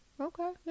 okay